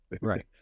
Right